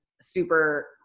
super